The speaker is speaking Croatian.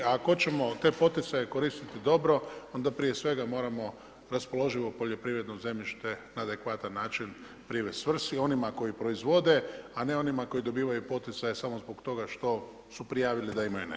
Ako ćemo te poticaje koristiti dobro, onda prije svega moramo raspoloživo poljoprivredno zemljište na adekvatan način privesti svrsi, onima koji proizvode, a ne onima koji dobivaju poticaje samo zbog toga što su prijavili da imaju nešto.